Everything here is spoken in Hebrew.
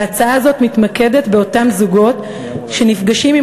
ההצעה הזו מתמקדת באותם זוגות שנפגשים עם